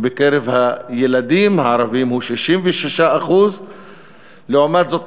ובקרב הילדים הערבים הוא 66%. לעומת זאת,